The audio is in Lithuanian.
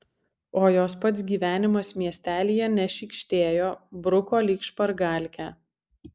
o jos pats gyvenimas miestelyje nešykštėjo bruko lyg špargalkę